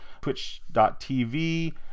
twitch.tv